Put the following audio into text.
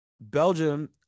belgium